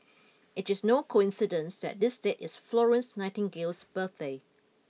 it is no coincidence that this date is Florence Nightingale's birthday